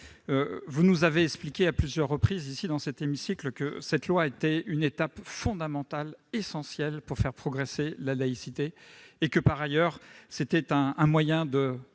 vous nous avez expliqué à plusieurs reprises ici, dans cet hémicycle, que cette loi était une étape fondamentale, essentielle, pour faire progresser la laïcité et qu'elle était, par ailleurs, un moyen de